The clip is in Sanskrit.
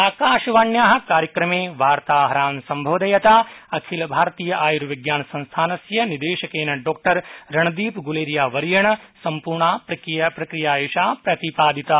आकाशवाण्या कार्यक्रमे वार्ताहरान् सम्बोधयता अखिलभारतीयायुर्विज्ञानसंस्थानस्य निदेशकेन डॉरणदीपगुलेरिया वर्येण सम्पूर्णा प्रक्रिया एषा प्रतिपादिता